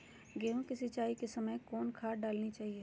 गेंहू के सिंचाई के समय कौन खाद डालनी चाइये?